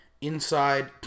inside